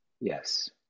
yes